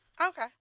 Okay